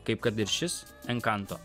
kaip kad ir šis enkanto